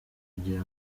kugira